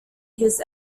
his